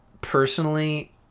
personally